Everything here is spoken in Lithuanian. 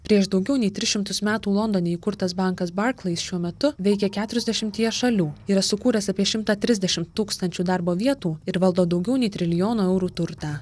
prieš daugiau nei tris šimtus metų londone įkurtas bankas barklais šiuo metu veikia keturiasdešimtyje šalių yra sukūręs apie šimtą trisdešimt tūkstančių darbo vietų ir valdo daugiau nei trilijono eurų turtą